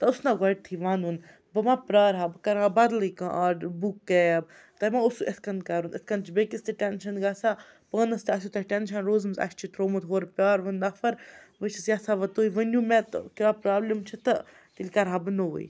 تۄہہٕ اوس نہ گۄڈٕنیٚتھٕے وَنُن بہٕ ما پرٛارٕہا بہٕ کَرٕہا بَدلے کانٛہہ آرڈَر بُک کیب تۄہہِ ما اوسُو اِتھ کنۍ کَرُن اِتھ کٔنۍ چھِ بیٚکِس تہِ ٹٮ۪نشَن گژھان پانَس تہِ آسیو تۄہہِ ٹینشَن روٗزمٕژ اَسہِ چھُ ترٛومُت ہورٕ پیٛارٕ وُن نَفر بہٕ چھَس یَژھان وٕ تُہۍ ؤنِیو مےٚ کٛیاہ پرابلِم چھِ تہٕ تیٚلہِ کَرٕہا بہٕ نوٚوٕے